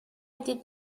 did